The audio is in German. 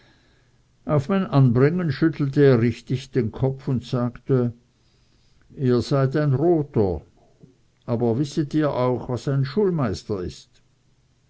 auf mein anbringen schüttelte er richtig den kopf und sagte ihr seid ein roter aber wisset ihr auch was ein schulmeister ist